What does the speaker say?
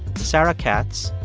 sara katz,